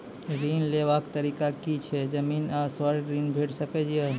ऋण लेवाक तरीका की ऐछि? जमीन आ स्वर्ण ऋण भेट सकै ये?